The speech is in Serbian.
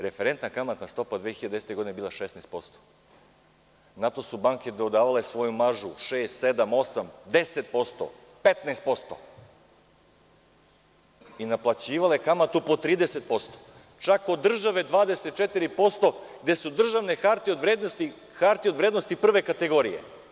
Referentna kamatna stopa 2010. godine bila je 16%, na to su banke dodavale svoju mažu 6,7,8,10%,15% i naplaćivale kamatu po 30%, čak od države 24% gde su državne hartije od vrednosti, hartije od vrednosti prve kategorije.